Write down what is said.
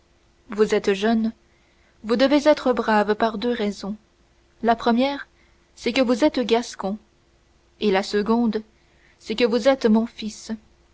vous êtes jeune vous devez être brave par deux raisons la première c'est que vous êtes gascon et la seconde c'est que vous êtes mon fils